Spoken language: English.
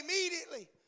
immediately